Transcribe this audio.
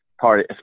party